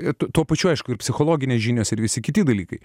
ir tuo pačiu aišku ir psichologinės žinios ir visi kiti dalykai